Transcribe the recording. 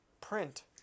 print